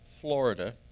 Florida